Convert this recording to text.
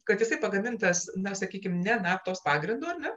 kad jisai pagamintas na sakykim ne naftos pagrindu ar ne